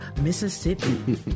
Mississippi